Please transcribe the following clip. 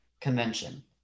convention